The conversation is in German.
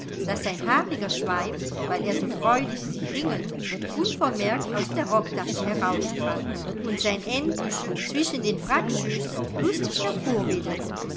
daß sein haariger schweif weil er so freudig sich ringelte unvermerkt aus der rocktasche heraussprang und sein endbüschel zwischen den frackschößen lustig